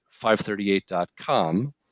538.com